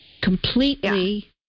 Completely